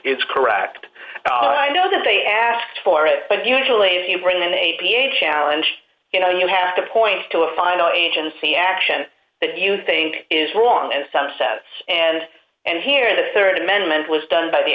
is correct i know that they asked for it and usually if you bring an a p a challenge you know you have to point to a final agency action that you think is wrong and subsets and and here the rd amendment was done by the